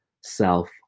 self